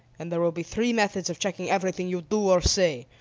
and there will be three methods of checking everything you do or say.